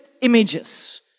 images